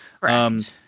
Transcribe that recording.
right